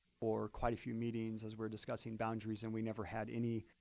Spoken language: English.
for quite a few meetings as we're discussing boundaries and we never had any